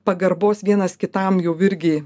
pagarbos vienas kitam jau irgi